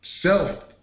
self